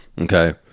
Okay